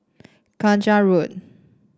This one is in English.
Kung Chong Road